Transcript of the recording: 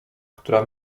która